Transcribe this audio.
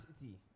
city